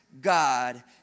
God